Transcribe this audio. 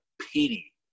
pity